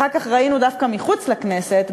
אחר כך ראינו דווקא מחוץ לכנסת,